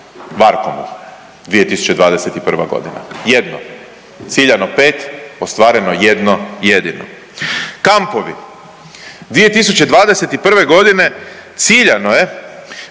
Varkomu 2021.g., jedno, ciljano 5, ostvareno jedno jedino. Kampovi, 2021.g. ciljano je